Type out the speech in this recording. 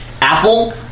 Apple